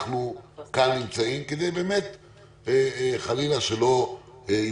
אנחנו נמצאים כאן כדי שחלילה לא תיווצר